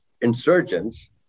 insurgents